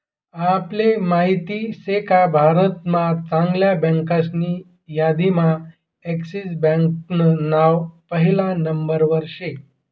आपले माहित शेका भारत महा चांगल्या बँकासनी यादीम्हा एक्सिस बँकान नाव पहिला नंबरवर शे